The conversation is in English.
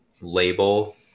label